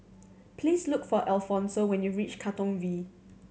please look for Alfonso when you reach Katong V